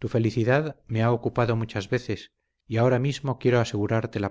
tu felicidad me ha ocupado muchas veces y ahora mismo quiero asegurártela por